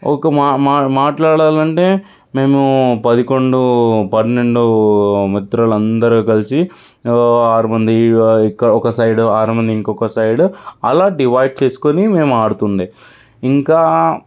ఒక మా మాట్లాడాలంటే మేము పదికొండు పన్నెండు మిత్రులందరూ కలిసి ఆరు మంది ఒక సైడ్ ఆరు మంది ఇంకొక సైడ్ ఆలా డివైడ్ చేసుకొని మేము ఆడుతుండే ఇంకా